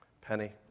Penny